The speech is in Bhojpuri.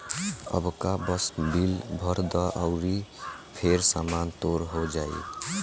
अबका बस बिल भर द अउरी फेर सामान तोर हो जाइ